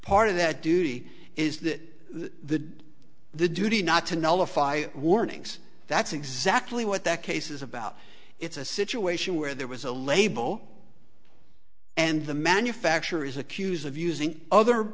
part of that duty is that the the duty not to nullify warnings that's exactly what that case is about it's a situation where there was a label and the manufacturer is accused of using other